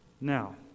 Now